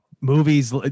movies